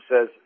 says